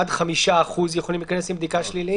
עד 5% יכולים להיכנס עם בדיקה שלילית.